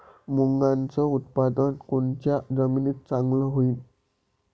मुंगाचं उत्पादन कोनच्या जमीनीत चांगलं होईन?